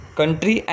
Country